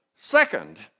Second